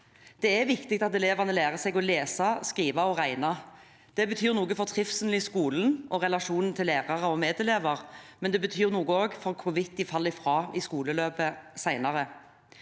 Det er viktig at elevene lærer seg å lese, skrive og regne. Det betyr noe for trivselen i skolen og relasjonen til lærere og medelever, men det betyr også noe for hvorvidt de faller fra i skoleløpet senere.